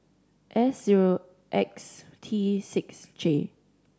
S zero X T six J